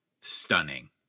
stunning